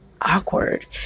Awkward